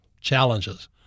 challenges